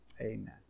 amen